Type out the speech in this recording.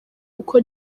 uko